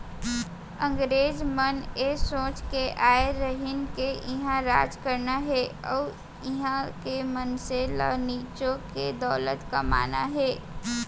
अंगरेज मन ए सोच के आय रहिन के इहॉं राज करना हे अउ इहॉं के मनसे ल निचो के दौलत कमाना हे